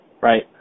right